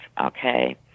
okay